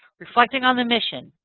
reflecting on the mission.